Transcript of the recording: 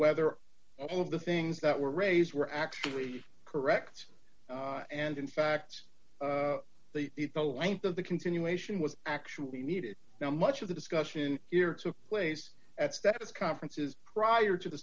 whether all of the things that were raised were actually correct and in fact that the length of the continuation was actually needed now much of the discussion here took place at status conferences prior to the